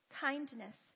kindness